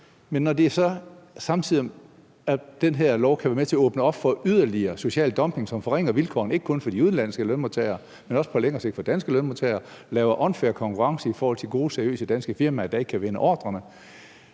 Når det så samtidig er sådan, at den her lov kan være med til at åbne op for yderligere social dumping, som forringer vilkårene – ikke kun for de udenlandske lønmodtagere, men også på længere sigt for danske lønmodtagere – og skaber unfair konkurrence i forhold til gode, seriøse danske virksomheder, der ikke kan vinde ordrerne,